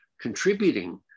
contributing